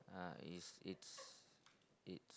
uh it's it's it's